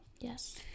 Yes